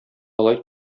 алай